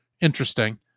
interesting